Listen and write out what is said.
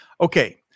Okay